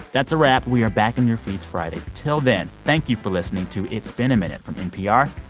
that's a wrap. we are back in your feeds friday. till then, thank you for listening to it's been a minute from npr.